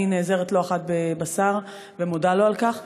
אני נעזרת לא אחת בשר ומודה לו על כך,